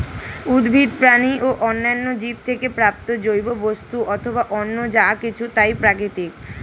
উদ্ভিদ, প্রাণী ও অন্যান্য জীব থেকে প্রাপ্ত জৈব বস্তু অথবা অন্য যা কিছু তাই প্রাকৃতিক